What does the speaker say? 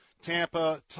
Tampa